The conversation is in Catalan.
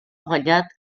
guanyat